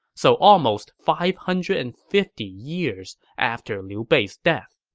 so almost five hundred and fifty years after liu bei's death.